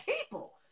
people